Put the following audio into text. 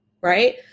right